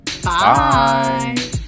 Bye